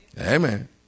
Amen